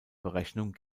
berechnung